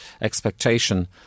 expectation